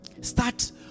Start